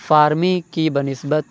فارمی کی بہ نسبت